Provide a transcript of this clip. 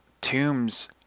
tombs